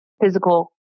physical